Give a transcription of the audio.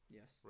Yes